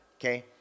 Okay